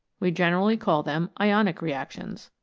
we generally call them ionic reactions.